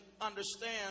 understand